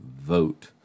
vote